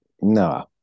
No